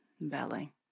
belly